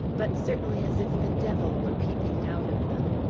but certainly as if the devil were peeping out of them.